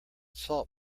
salt